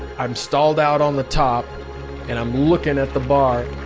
i'm stalled out on the top and i'm looking at the bar,